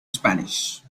spanish